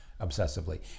obsessively